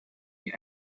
wie